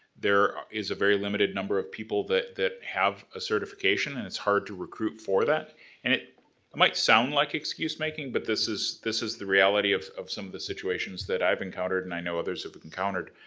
there is a very limited number of people that that have a certification and it's hard to recruit for that and it might sound like excuse-making, but this is this is the reality of of some of the situations that i've encountered and i know others have so but encountered.